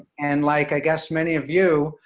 and like, i guess, many of you,